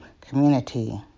community